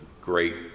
great